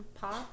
pop